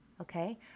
Okay